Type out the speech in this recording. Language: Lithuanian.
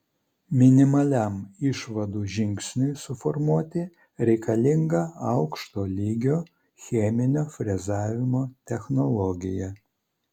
minimaliam išvadų žingsniui suformuoti reikalinga aukšto lygio cheminio frezavimo technologija